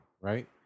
right